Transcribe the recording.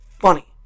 funny